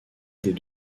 des